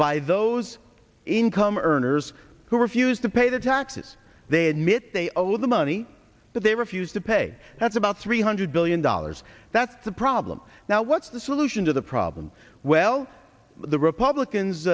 by those income earners who refused to pay the taxes they admit they owe the money that they refused to pay that's about three hundred billion dollars that's the problem now what's the solution to the problem well the republicans